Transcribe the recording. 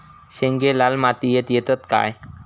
शेंगे लाल मातीयेत येतत काय?